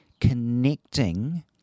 connecting